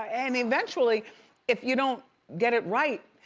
and eventually if you don't get it right,